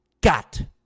got